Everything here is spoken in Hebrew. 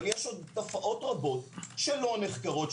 אבל יש עוד תופעות רבות שלא נחקרות,